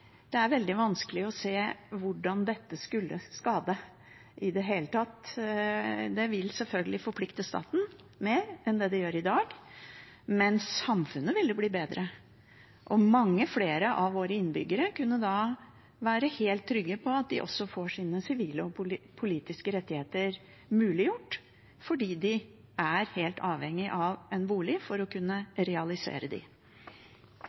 det er veldig vanskelig å se hvordan dette skulle skade i det hele tatt. Det vil selvfølgelig forplikte staten mer enn det gjør i dag, men samfunnet vil bli bedre, og mange flere av våre innbyggere kunne da være helt trygge på at de også får sine sivile og politiske rettigheter muliggjort, for de er helt avhengig av en bolig for å